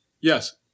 Yes